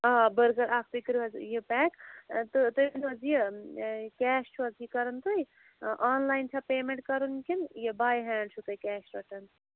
آ بٔرگٕر اَکھ تُہۍ کٔرِو حظ یہِ پیک تہٕ تُہۍ ؤنِو حظ یہِ کیش چھُو حظ یہِ کَران تُہۍ آنلاین چھا پیمٮ۪نٛٹ کَرُن کِنہٕ یہِ باے ہینٛڈ چھُو تُہۍ کیش رَٹان